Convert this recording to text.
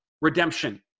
redemption